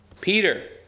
Peter